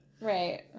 Right